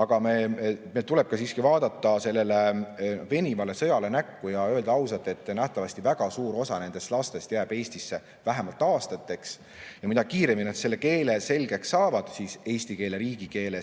Aga meil tuleb siiski vaadata sellele venivale sõjale näkku ja öelda ausalt, et nähtavasti väga suur osa nendest lastest jääb Eestisse vähemalt aastateks, ja mida kiiremini nad selle keele selgeks saavad – eesti keele, riigikeele –,